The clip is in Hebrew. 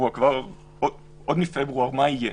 למה לא להתייחס לזה?